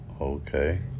Okay